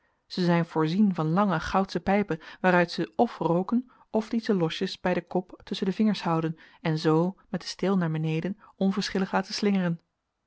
ze zijn voorzien van lange goudsche pijpen waaruit ze f rooken f die ze losjes bij den kop tusschen de vingers houden en zoo met den steel naar beneden onverschillig laten slingeren